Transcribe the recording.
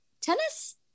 tennis